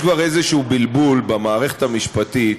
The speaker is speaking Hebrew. יש כבר בלבול כלשהו במערכת המשפטית.